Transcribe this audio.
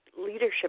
leadership